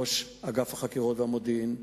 עם ראש אגף החקירות והמודיעין.